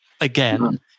again